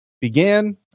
began